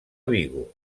vigo